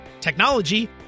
technology